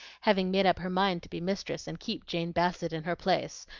having made up her mind to be mistress and keep jane bassett in her place,